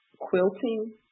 quilting